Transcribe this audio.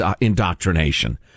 indoctrination